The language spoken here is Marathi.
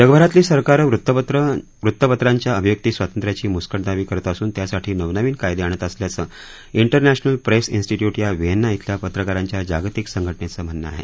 जगभरातली सरकारं वृत्त पत्रांच्या अभिव्यक्ती स्वातंत्र्याची मुस्कटदाबी करत असून त्यासाठी नव नवीन कायदे आणत असल्याचं तेरनॅशनल प्रेस स्टिट्युट या व्हिएन्ना अल्या पत्रकारांच्या जागतिक संघटनेचं म्हणणं आहे